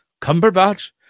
Cumberbatch